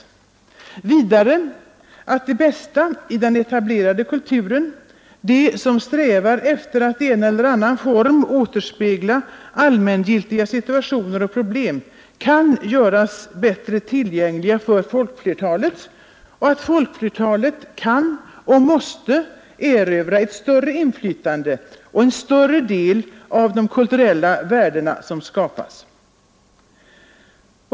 Jag hävdar vidare att det bästa i den etablerade kulturen, det som strävar efter att i en eller annan form återspegla allmängiltiga situationer och problem, kan göras bättre tillgängligt för folkflertalet samt att folkflertalet kan och måste erövra ett större inflytande och få en större del av de kulturella värden som skapas.